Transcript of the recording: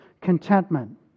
contentment